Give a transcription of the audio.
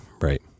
Right